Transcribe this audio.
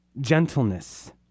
gentleness